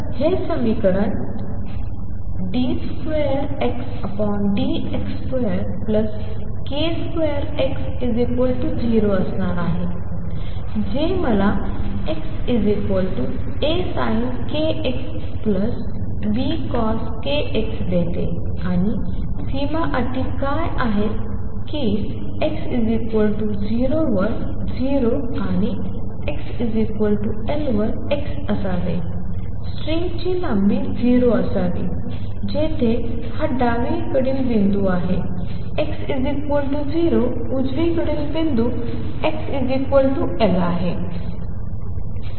तर ते समीकरण d2Xdx2k2X0 असणार आहे जे मला x A sin k x B cos kx देते आणि सीमा अटी काय आहेत की X 0 वर 0 आणि X L वर X असावे स्ट्रिंगची लांबी 0 असावी जिथे हा डावीकडील बिंदू आहे x 0 उजवीकडील बिंदू x L आहे